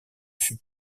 fut